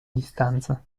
distanza